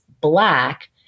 black